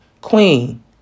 Queen